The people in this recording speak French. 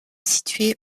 située